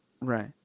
Right